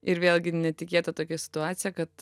ir vėlgi netikėta tokia situacija kad